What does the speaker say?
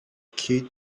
cute